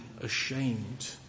ashamed